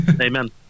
Amen